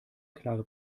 klare